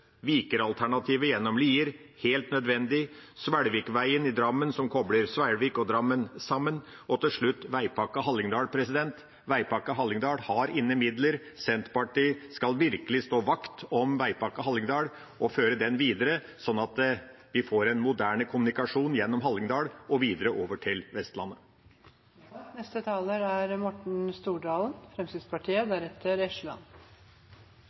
Drammen sammen, og til slutt Veipakke Hallingdal. Veipakke Hallingdal har midler inne. Senterpartiet skal virkelig stå vakt for Veipakke Hallingdal og føre den videre, sånn at vi får en moderne kommunikasjon gjennom Hallingdal og videre over til Vestlandet. I debatten her i dag har jeg hørt mange beskyldninger mot Fremskrittspartiet, at det er en nærmest uansvarlig, ja nesten useriøs NTP Fremskrittspartiet